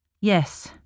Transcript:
Yes